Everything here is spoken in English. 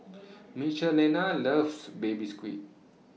Michelina loves Baby Squid